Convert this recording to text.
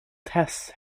tests